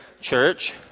church